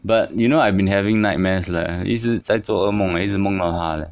but you know I've been having nightmares leh 一直在做噩梦 leh 一直梦到她了